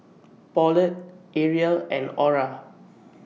Pauletta Ariel and Aura